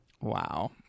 Wow